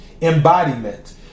embodiment